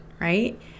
right